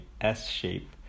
S-shape